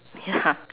ya